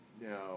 now